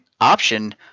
option